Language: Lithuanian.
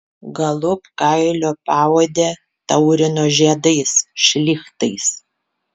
galop kailio paodę taurino žiedais šlichtais